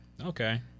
Okay